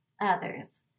others